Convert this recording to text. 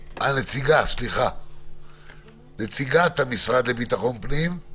אנחנו לא מעוניינים להחזיר את הדיון אחורה,